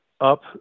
up